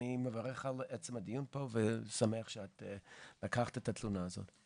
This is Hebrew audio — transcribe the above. אני מברך על עצם הדיון פה ושמח שאת לקחת את התלונה הזו.